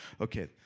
Okay